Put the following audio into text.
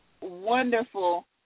wonderful